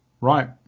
Right